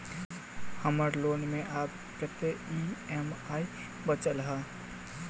हम्मर लोन मे आब कैत ई.एम.आई बचल ह?